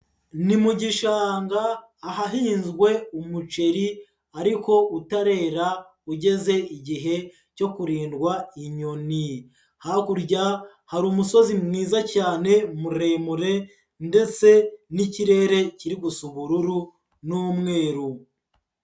Ni mu gishanga ahahinzwe umuceri ariko utarera ugeze igihe cyo kurindwa inyoni, hakurya hari umusozi mwiza cyane muremure ndetse n'ikirere kiri gusa ubururu n'umweru.